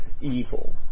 evil